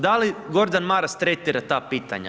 Da li Gordan Maras tretira ta pitanja?